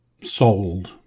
sold